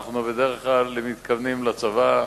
בדרך כלל אנחנו מתכוונים לצבא,